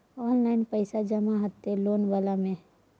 Online पैसा जमा हते लोन वाला में?